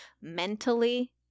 mentally